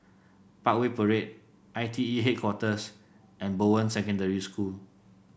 Parkway Parade I T E Headquarters and Bowen Secondary School